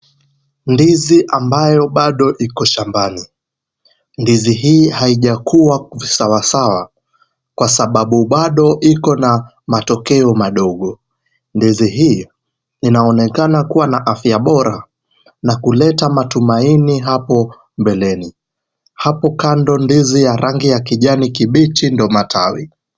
Ndizi ambayo bado iko shambani, ndizi hii haijakua sawasawa kwa sababu bado iko na matokeo madogo, ndizi hii inaonekana kua na afya bora na kuleta matumaini hapo mbeleni, hapo kando ndizi ya rangi ya kijani kibichi ndio matawi.